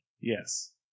Yes